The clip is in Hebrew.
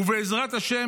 ובעזרת השם,